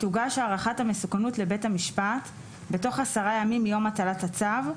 תוגש הערכת המסוכנות לבית המשפט בתוך עשרה ימים מיום הטלת הצו.